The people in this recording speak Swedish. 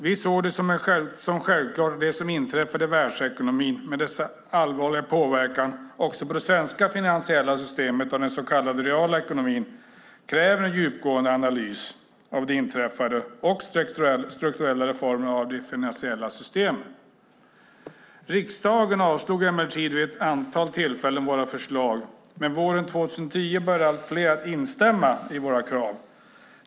Vi såg det som självklart att det som inträffade i världsekonomin med allvarlig påverkan också på det svenska finansiella systemet och den så kallade reala ekonomin krävde en djupgående analys av det inträffade och strukturella reformer av det finansiella systemet. Riksdagen avslog emellertid vid ett antal tillfällen våra förslag. Våren 2010 började dock allt fler instämma i våra krav.